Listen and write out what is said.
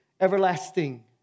everlasting